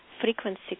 frequency